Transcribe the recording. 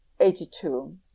82